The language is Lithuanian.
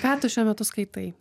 ką tu šiuo metu skaitai